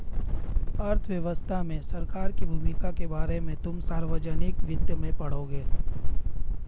अर्थव्यवस्था में सरकार की भूमिका के बारे में तुम सार्वजनिक वित्त में पढ़ोगे